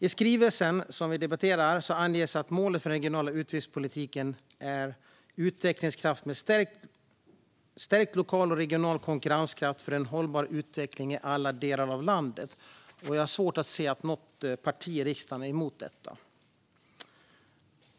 I skrivelsen som vi debatterar anges att målet för den regionala utvecklingspolitiken är utvecklingskraft med stärkt lokal och regional konkurrenskraft för en hållbar utveckling i alla delar av landet. Jag har svårt att se att något parti i riksdagen är emot detta.